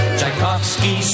Tchaikovsky